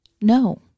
no